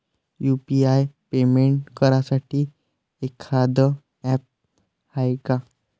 UPI payment करासाठी एखांद app हाय का?